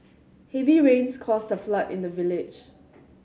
heavy rains caused a flood in the village